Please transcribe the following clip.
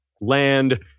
land